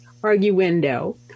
arguendo